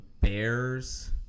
Bears